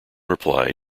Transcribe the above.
reply